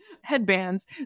headbands